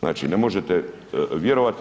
Znači ne možete vjerovati.